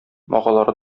агалары